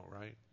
right